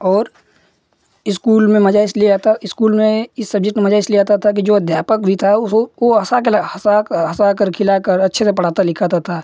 और इस्कूल में मजा इसलिए आता इस्कूल में इस सब्जेक्ट में मजा इसलिए आता था कि जो अध्यापक भी था वो वो हँसा के हसाक हँसा कर खिलाकर अच्छे से पढ़ाता लिखाता था